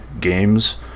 games